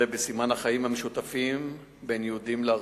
בסימן החיים המשותפים בין יהודים וערבים.